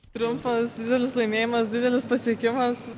triumfas didelis laimėjimas didelis pasiekimas